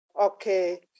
Okay